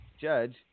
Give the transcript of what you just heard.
Judge